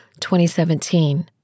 2017